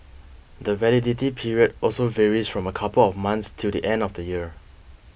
the validity period also varies from a couple of months till the end of the year